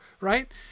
right